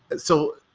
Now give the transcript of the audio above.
and so